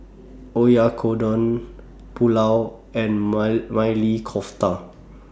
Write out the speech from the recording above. Oyakodon Pulao and might Maili Kofta